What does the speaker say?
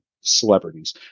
celebrities